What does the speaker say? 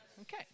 okay